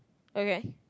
okay